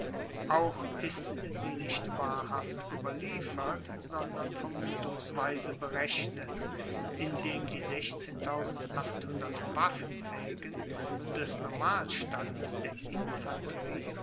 auch ist sie nicht wahrhaft ueberliefert sondern vermutungsweise berechnet indem die waffenfaehigen des normalstandes der infanterie